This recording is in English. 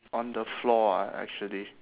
on the floor ah actually